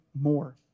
more